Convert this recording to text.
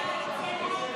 47 בעד, 58 נגד.